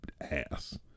ass